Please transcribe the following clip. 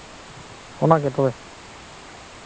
ᱚᱱᱟᱜᱮ ᱛᱚᱵᱮ